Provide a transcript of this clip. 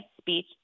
speech